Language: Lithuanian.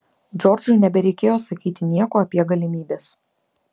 džordžui nebereikėjo sakyti nieko apie galimybes